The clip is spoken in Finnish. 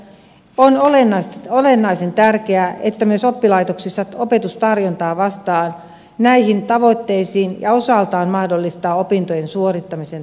on olennaisen tärkeää että myös oppilaitoksissa opetustarjonta vastaa näihin tavoitteisiin ja osaltaan mahdollistaa opintojen suorittamisen tavoiteajassa